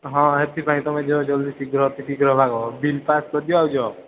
ହଁ ସେଥିପାଇଁ ତୁମେ ଜଲ୍ଦି ଶୀଘ୍ର ଅତି ଶୀଘ୍ର ଭାଗ ବିଲ୍ ପାସ୍ କରିଦିଅ ଆଉ ଯାଅ